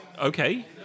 Okay